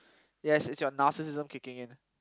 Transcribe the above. yes it's your narcissism kicking in